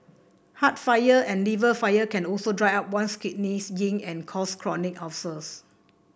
heart fire and liver fire can also dry up one's kidney's yin and cause chronic ulcers